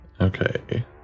Okay